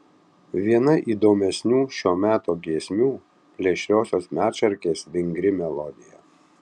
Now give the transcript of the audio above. viena įdomesnių šio meto giesmių plėšriosios medšarkės vingri melodija